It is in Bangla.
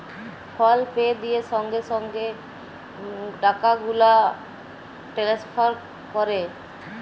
ফল পে দিঁয়ে সঙ্গে সঙ্গে টাকা গুলা টেলেসফার ক্যরে